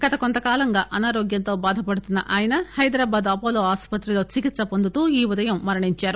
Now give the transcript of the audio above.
గత కొంతకాలంగా అనారోగ్యంతో బాధపడుతున్న ఆయన హైదరాబాద్ అపోలో ఆసుపత్రిలో చికిత్స పొందుతూ ఈ ఉదయం మృతిచెందారు